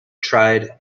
tried